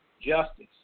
justice